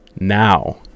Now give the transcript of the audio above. Now